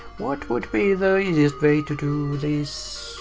what would be the easiest way to do this?